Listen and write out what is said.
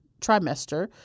trimester